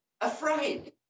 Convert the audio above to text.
afraid